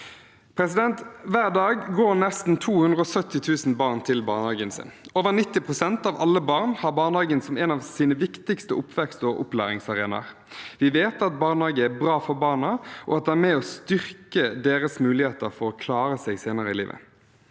medisin. Hver dag går nesten 270 000 barn til barnehagen sin. Over 90 pst. av alle barn har barnehagen som en av sine viktigste oppvekst- og opplæringsarenaer. Vi vet at barnehage er bra for barna, og at den er med og styrker deres muligheter for å klare seg senere i livet.